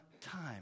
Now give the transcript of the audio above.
time